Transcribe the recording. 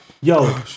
yo